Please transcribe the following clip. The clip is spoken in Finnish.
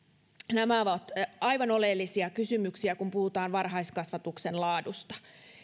nämä ovat aivan oleellisia kysymyksiä kun puhutaan varhaiskasvatuksen laadusta